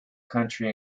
country